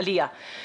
עלייה.